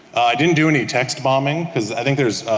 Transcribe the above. didn't do any text bombing because i think there's